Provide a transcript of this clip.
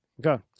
Go